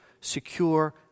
secure